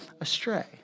astray